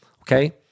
okay